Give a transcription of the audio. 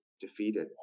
defeated